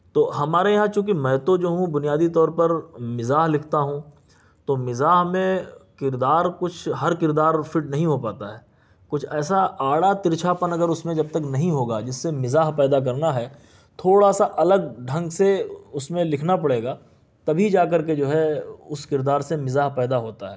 تو ہمارے یہاں چونکہ میں تو جو ہوں بنیادی طور پر مزاح لکھتا ہوں تو مزاح میں کردار کچھ ہر کردار فٹ نہیں ہو پاتا ہے کچھ ایسا آڑا ترچھاپن اگر اس میں جب تک نہیں ہوگا جس سے مزاح پیدا کرنا ہے تھوڑا سا الگ ڈھنگ سے اس میں لکھنا پڑے گا تبھی جا کر کے جو ہے اس کردار سے مزاح پیدا ہوتا ہے